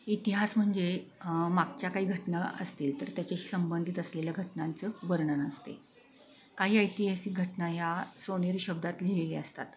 इतिहास म्हणजे मागच्या काही घटना असतील तर त्याच्याशी संबंधित असलेल्या घटनांचं वर्णन असते काही ऐतिहासिक घटना ह्या सोनेरी शब्दात लिहिलेल्या असतात